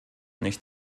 nicht